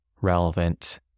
relevant